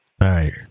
right